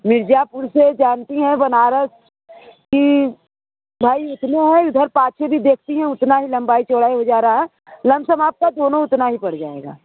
मिर्ज़ापुर से जानती हैं बनारस कि भाई इतने हैं इधर पाछे भी देखती हैं उतना ही लम्बाई चौड़ाई हो जा रहा है लम सम आपका दोनों उतना ही पर जाएगा